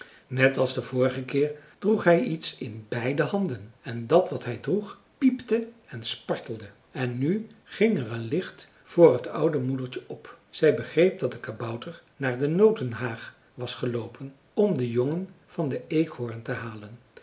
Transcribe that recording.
net als de vorige keer droeg hij iets in beide handen en dat wat hij droeg piepte en spartelde en nu ging er een licht voor t oude moedertje op zij begreep dat de kabouter naar de notenhaag was geloopen om de jongen van den eekhoorn te halen